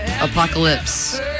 Apocalypse